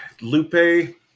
Lupe